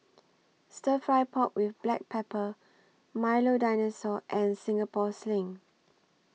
Stir Fry Pork with Black Pepper Milo Dinosaur and Singapore Sling